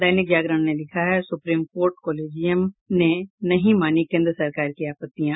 दैनिक जागरण ने लिखा है सुप्रीम कोर्ट कोलेजियम ने नहीं मानीं केन्द्र सरकार की आपत्तियां